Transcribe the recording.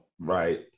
right